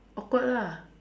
awkward lah